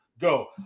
go